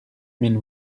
mille